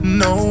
no